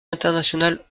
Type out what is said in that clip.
international